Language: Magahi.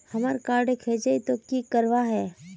हमार कार्ड खोजेई तो की करवार है?